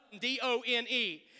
D-O-N-E